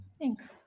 Thanks